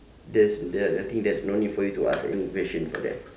there's there I think there is no need for you to ask any question for that